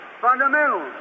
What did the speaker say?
Fundamentals